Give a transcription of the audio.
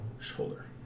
shoulder